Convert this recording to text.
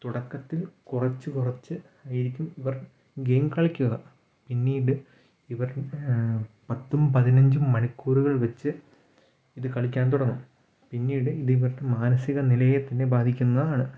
തുടക്കത്തിൽ കുറച്ചു കുറച്ച് ആയിരിക്കും ഇവർ ഗെയിം കളിക്കുന്നത് പിന്നീട് ഇവർ പത്തും പതിനഞ്ചും മണിക്കൂർ വെച്ച് ഇത് കളിയ്ക്കാൻ തുടങ്ങും പിന്നീടിത് മാനസിക നിലയെ തന്നെ ബാധിക്കുന്നതാണ്